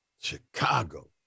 Chicago